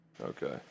Okay